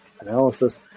analysis